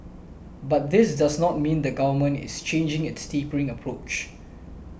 but this does not mean the Government is changing its tapering approach